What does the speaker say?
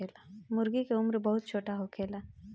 मूर्गी के उम्र बहुत छोट होखेला